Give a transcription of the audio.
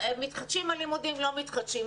מתחדשים הלימודים לא מתחדשים.